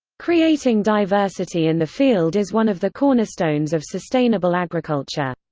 creating diversity in the field is one of the cornerstones of sustainable agriculture.